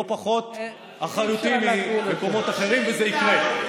באחריותי ממקומות אחרים, וזה יקרה.